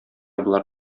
болар